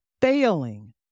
failing